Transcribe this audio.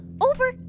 Over